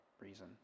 reason